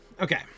okay